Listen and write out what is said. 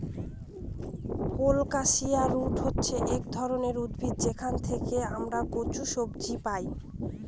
colocasia root হচ্ছে এক ধরনের উদ্ভিদ যেখান থেকে আমরা কচু সবজি পাই